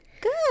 Good